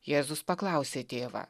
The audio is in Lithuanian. jėzus paklausė tėvą